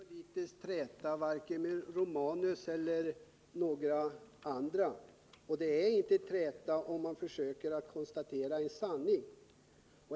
Herr talman! Jag söker inte politisk träta vare sig med Gabriel Romanus eller med någon annan, och det är inte att träta om man försöker konstatera en sanning.